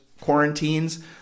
quarantines